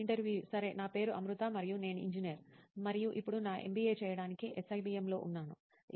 ఇంటర్వ్యూఈ సరే నా పేరు అమృతా మరియు నేను ఇంజనీర్ మరియు ఇప్పుడు నా MBA చేయడానికి SIBM లో ఉన్నాను